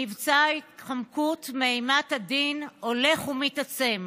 מבצע ההתחמקות מאימת הדין הולך ומתעצם.